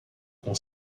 com